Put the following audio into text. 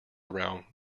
around